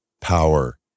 power